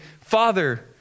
father